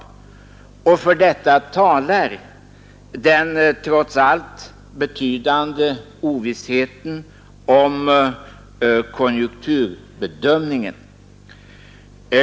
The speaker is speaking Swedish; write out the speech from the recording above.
För en sådan beredskap talar den trots allt betydande ovissheten om konjunkturbedömningen.